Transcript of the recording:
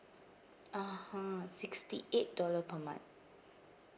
ah ha sixty eight dollar per month